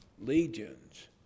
legions